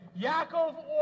Yaakov